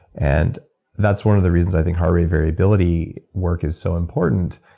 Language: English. and that's one of the reasons i think heart rate variability work is so important,